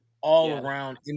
all-around